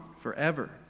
forever